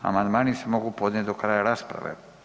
Amandmani se mogu podnijeti do kraja rasprave.